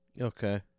Okay